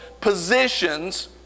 positions